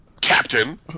Captain